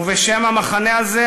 ובשם המחנה הזה,